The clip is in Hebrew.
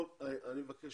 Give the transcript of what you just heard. אני מבקש